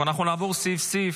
אנחנו נעבור סעיף-סעיף.